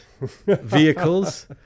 vehicles